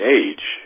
age